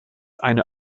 eine